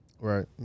Right